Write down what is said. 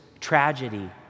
tragedy